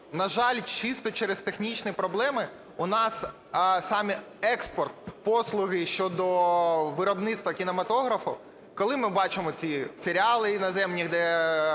на жаль, чисто через технічні проблеми у нас саме експорт послуги щодо виробництва кінематографу, коли ми бачимо ці серіали іноземні, де